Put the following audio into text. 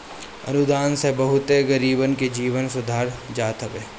अनुदान से बहुते गरीबन के जीवन सुधार जात हवे